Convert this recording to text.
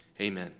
Amen